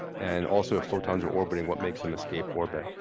and also if photons are orbiting, what makes them escape orbit?